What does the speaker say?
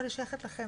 אבל היא שייכת לכם.